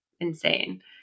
insane